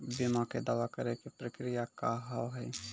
बीमा के दावा करे के प्रक्रिया का हाव हई?